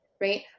right